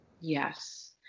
yes